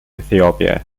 ethiopia